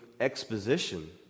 exposition